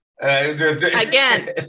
Again